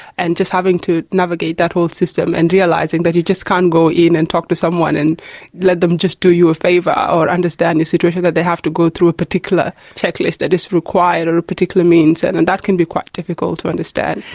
and just having to navigate that whole system and realising that you just can't go in and talk to someone and let them just do you a favour or understand the situation, that they have to go through a particular checklist that is required or a particular means, and and that can be quite difficult to understand.